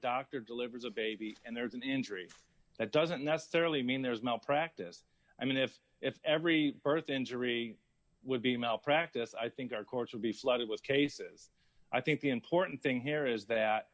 doctor delivers a baby and there's an injury that doesn't necessarily mean there's no practice i mean if every birth injury would be malpractise i think our courts would be flooded with cases i think the important thing here is that